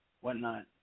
whatnot